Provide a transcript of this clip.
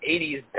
80s